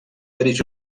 dirigir